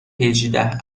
هجده